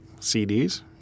CDs